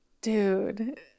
dude